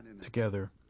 together